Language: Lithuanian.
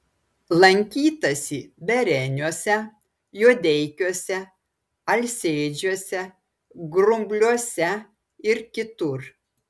lankytasi bereniuose juodeikiuose alsėdžiuose grumbliuose ir kitur